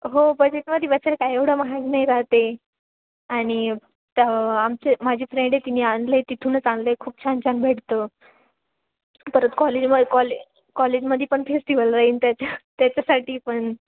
हो बजेटमध्ये बसेल काय एवढं महाग नाही राहते आणि तर आमचे माझी फ्रेंड आहे तिने आणलं आहे तिथूनच आणलं आहे खूप छान छान भेटतं परत कॉलेजम कॉले कॉलेजमध्ये पण फेस्टिवल राहील त्याच्या त्याच्यासाठी पण